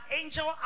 angel